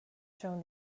shown